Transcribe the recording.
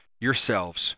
yourselves